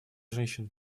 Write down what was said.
женщин